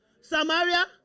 Samaria